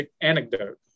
anecdote